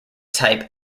type